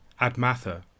Admatha